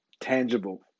tangible